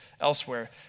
elsewhere